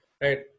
right